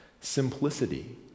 Simplicity